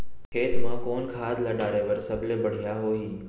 खेत म कोन खाद ला डाले बर सबले बढ़िया होही?